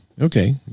Okay